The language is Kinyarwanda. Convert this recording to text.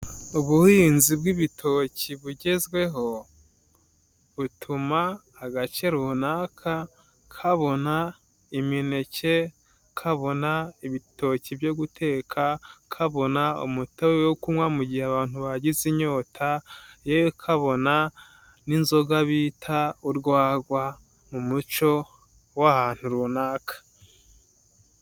Ubuhinzi bw'ibitoki bugezweho, butuma agace runaka kabona imineke, kabona ibitoki byo guteka, kabona umutobe wo kunywa mu gihe abantu bagize inyota, yewe kabona n'inzoga bita urwagwa mu muco w'ahantu runaka.